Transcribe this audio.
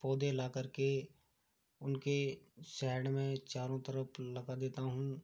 पौधे ला कर के उनके सेएड में चारों तरफ़ लगा देता हूँ